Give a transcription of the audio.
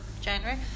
January